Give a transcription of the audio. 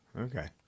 okay